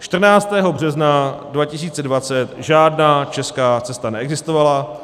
Dne 14. března 2020 žádná česká cesta neexistovala.